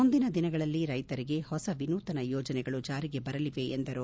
ಮುಂದಿನ ದಿನಗಳಲ್ಲಿ ರೈತರಿಗೆ ಹೊಸ ವಿನೂತನ ಯೋಜನೆಗಳು ಜಾರಿಗೆ ಬರಲಿವೆ ಎಂದರು